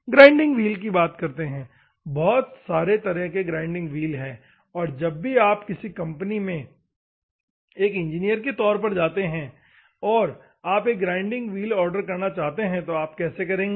grinding wheel की बात करते हैं बहुत सारे तरह के ग्राइंडिंग व्हील है और जब भी आप किसी कंपनी में एक इंजीनियर की तौर पर जाते हैं और आप एक ग्राइंडिंग व्हील आर्डर करना है तो आप कैसे ऑर्डर करेंगे